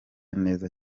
neza